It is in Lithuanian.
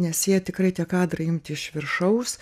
nes jie tikrai tie kadrai imti iš viršaus